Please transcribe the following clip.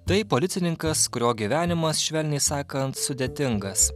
tai policininkas kurio gyvenimas švelniai sakant sudėtingas